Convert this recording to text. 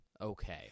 okay